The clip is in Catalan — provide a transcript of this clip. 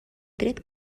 tret